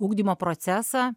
ugdymo procesą